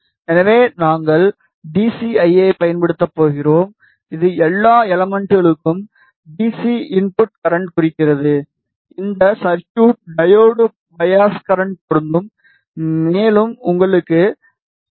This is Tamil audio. எனவே நாங்கள் டி சி ஐ எ ஐப் பயன்படுத்தப் போகிறோம் இது எல்லா எலமென்ட்களுக்கும் டி சி இன்புட் கரண்ட்டைக் குறிக்கிறது இந்த சர்க்யூட் டையோடு பையாஸ் கரண்ட் பொருந்தும் மேலும் உங்களுக்கு டி